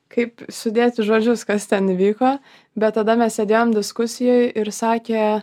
kaip sudėti žodžius kas ten įvyko bet tada mes sėdėjom diskusijoj ir sakė